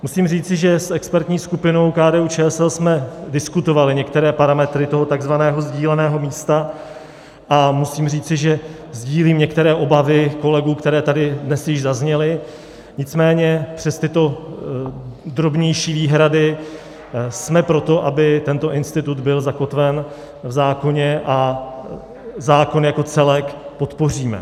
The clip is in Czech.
Musím říci, že s expertní skupinou KDUČSL jsme diskutovali některé parametry toho tzv. sdíleného místa a musím říci, že sdílím některé obavy kolegů, které tady dnes již zazněly, nicméně přes tyto drobnější výhrady jsme pro to, aby tento institut byl zakotven v zákoně a zákon jako celek podpoříme.